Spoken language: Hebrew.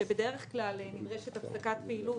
שבדרך כלל נדרשת הפסקת פעילות,